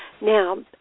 Now